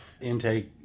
intake